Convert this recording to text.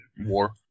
War